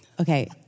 Okay